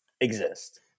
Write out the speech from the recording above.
exist